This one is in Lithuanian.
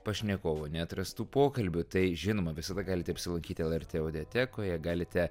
pašnekovų neatrastų pokalbių tai žinoma visada galite apsilankyti lrt audiatekoje galite